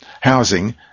housing